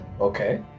okay